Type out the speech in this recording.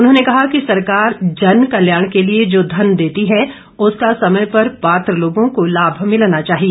उन्होंने कहा कि सरकार जनकल्याण के लिए जो घन देती है उसका समय पर पात्र लोगों को लाम भिलना चाहिए